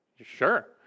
Sure